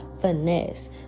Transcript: Finesse